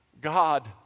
God